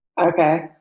Okay